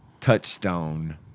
Touchstone